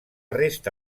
resta